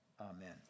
Amen